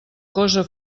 cosa